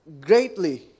greatly